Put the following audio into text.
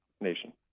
nation